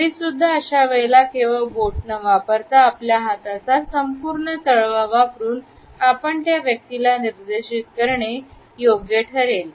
तरीसुद्धा अशा वेळेला केवळ बोट न वापरता आपल्या हाताचा संपूर्ण तळवा वापरून आपण त्या व्यक्तीला निर्देशीत करणे योग्य ठरेल